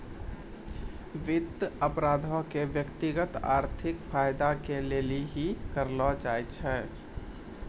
वित्त अपराधो के व्यक्तिगत आर्थिक फायदा के लेली ही करलो जाय छै